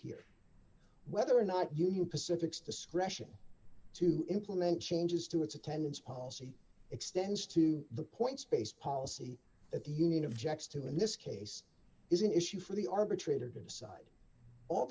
here whether or not union pacific discretion to implement changes to its attendance policy extends to the point space policy that the union of jack's to in this case is an issue for the arbitrator to decide all